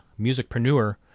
musicpreneur